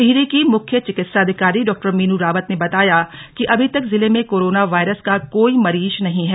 टिहरी की मुख्य चिकित्साधिकारी डॉ मीनू रावत ने बताया कि अभी तक जिले में कोरोना वायरस का कोई मरीज नहीं है